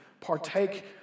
partake